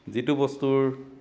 যিটো বস্তুৰ